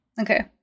Okay